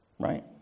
Right